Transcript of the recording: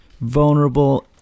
vulnerable